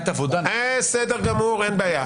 בסדר גמור, אין בעיה.